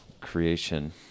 creation